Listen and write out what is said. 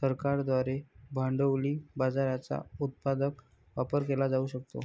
सरकारांद्वारे भांडवली बाजाराचा उत्पादक वापर केला जाऊ शकतो